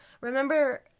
Remember